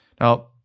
Now